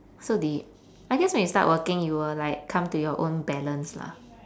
so deep I guess when you start working you will like come to your own balance lah